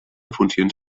funcions